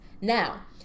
Now